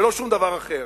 ולא שום דבר אחר,